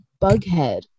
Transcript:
bughead